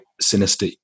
sinister